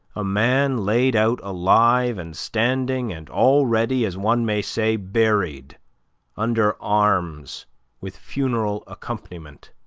a man laid out alive and standing, and already, as one may say, buried under arms with funeral accompaniment,